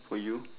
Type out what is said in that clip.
for you